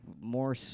more